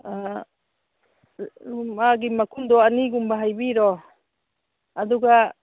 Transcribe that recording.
ꯃꯥꯒꯤ ꯃꯈꯨꯝꯗꯣ ꯑꯅꯤꯒꯨꯝꯕ ꯍꯩꯕꯤꯔꯣ ꯑꯗꯨꯒ